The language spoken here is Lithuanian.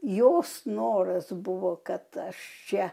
jos noras buvo kad aš čia